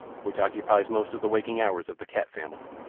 which occupies most of the waking hours of the cat family.